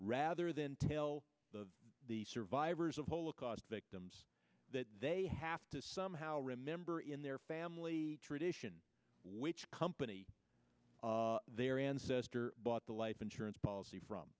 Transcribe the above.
rather than tale of the survivors of whole accost victims that they have to somehow remember in their family tradition which company their ancestor bought the life insurance policy from